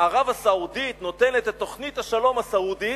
ערב-הסעודית נותנת את תוכנית השלום הסעודית,